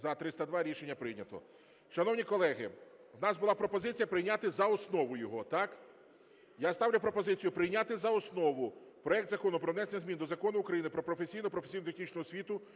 За-302 Рішення прийнято. Шановні колеги, в нас була пропозиція прийняти за основу його. Я ставлю пропозицію прийняти за основу проект Закону про внесення змін до Закону України "Про професійну (професійно-технічну) освіту"